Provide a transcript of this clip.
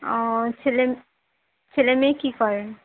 ও ছেলে ছেলে মেয়ে কী করেন